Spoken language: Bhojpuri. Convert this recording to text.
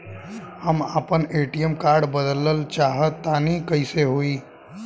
हम आपन ए.टी.एम कार्ड बदलल चाह तनि कइसे होई?